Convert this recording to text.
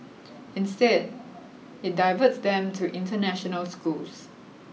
instead it diverts them to international schools